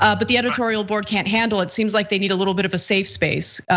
ah but the editorial board can't handle, it seems like they need a little bit of a safe space,